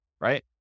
Right